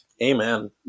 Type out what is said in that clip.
Amen